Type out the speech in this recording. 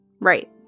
Right